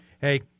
Hey